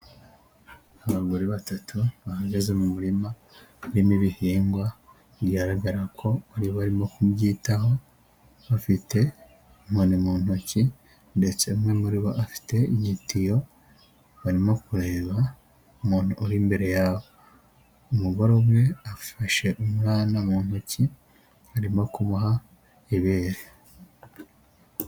Abagore batatu bahagaze mu murima urimo ibihingwa bigaragara ko bari barimo kubyitaho, bafite inkoni mu ntoki ndetse umwe muri bo afite igitiyo barimo kureba umuntu uri imbere yabo, umugore umwe afashe umwana mu ntoki arimo kuboha ibere.